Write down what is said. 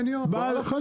בעל החניון.